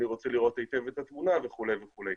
אני רוצה לראות היטב את התמונה וכולי וכולי.